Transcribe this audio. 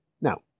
Now